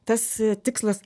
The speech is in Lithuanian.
tas tikslas